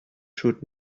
should